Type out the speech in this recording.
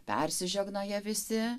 persižegnoja visi